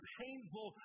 painful